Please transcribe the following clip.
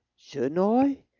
shouldn't i?